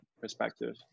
perspective